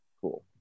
cool